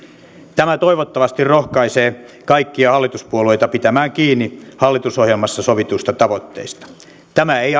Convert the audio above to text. tämä toivottavasti rohkaisee kaikkia hallituspuolueita pitämään kiinni hallitusohjelmassa sovituista tavoitteista tämä ei